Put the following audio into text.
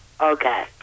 Okay